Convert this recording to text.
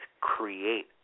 create